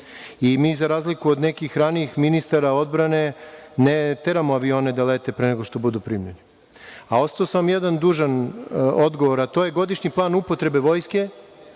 I mi, za razliku nekih ranijih ministara odbrane, ne teramo avione da lete pre nego što budu primljeni. Ostao sam vam dužan jedan odgovor, a to je - godišnji plan upotrebe Vojske